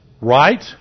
right